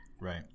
right